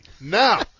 Now